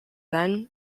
then